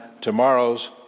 tomorrow's